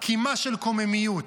קימה של קוממיות.